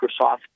Microsoft